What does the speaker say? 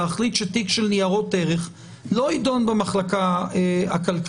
להחליט שתיק של ניירות ערך לא יידון במחלקה הכלכלית?